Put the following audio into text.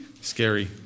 Scary